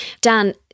Dan